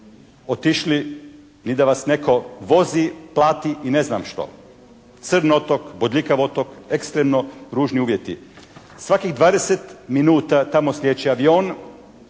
otišli ni da vas netko vozi, plati i ne znam što. Crn otok, bodljikav otok, ekstremno ružni uvjeti. Svakih 20 minuta tamo slijeće avion